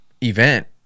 event